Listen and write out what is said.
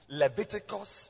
leviticus